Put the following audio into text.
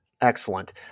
Excellent